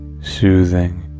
soothing